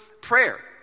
prayer